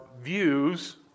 views